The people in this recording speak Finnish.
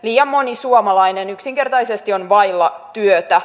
liian moni suomalainen yksinkertaisesti on vailla työtä